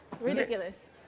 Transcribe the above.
Ridiculous